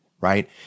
right